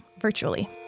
virtually